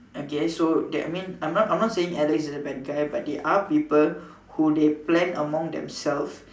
I guess so that I mean I'm not I'm not saying Alex is a bad guy but there are people who they plan among themselves